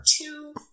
two